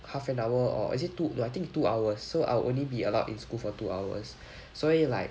half an hour or is it two no I think two hours so I will only be allowed in school for two hours 所以 like